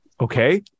Okay